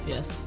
Yes